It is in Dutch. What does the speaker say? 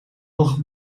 nog